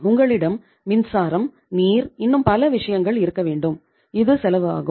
உங்களிடம் மின்சாரம் நீர் இன்னும் பல விஷயங்கள் இருக்க வேண்டும் இது செலவு ஆகும்